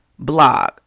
blog